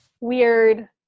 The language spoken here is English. weird